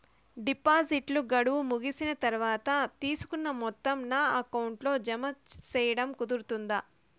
డిపాజిట్లు గడువు ముగిసిన తర్వాత, తీసుకున్న మొత్తం నా అకౌంట్ లో జామ సేయడం కుదురుతుందా?